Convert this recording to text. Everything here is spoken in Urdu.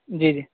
جی جی